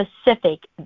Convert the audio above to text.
specific